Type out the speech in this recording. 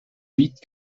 vite